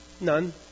None